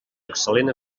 excel·lent